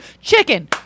Chicken